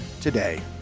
today